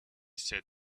said